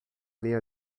linha